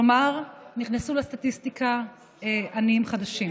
כלומר, נכנסו לסטטיסטיקה עניים חדשים.